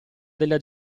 della